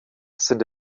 sind